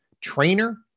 trainer